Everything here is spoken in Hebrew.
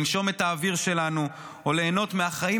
לנשום את האוויר שלנו או ליהנות מהחיים